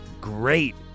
Great